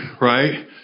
right